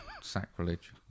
sacrilege